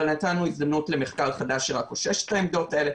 אבל נתנו הזדמנות למחקר חדש שרק אושש את העמדות האלה.